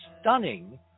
stunning